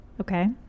Okay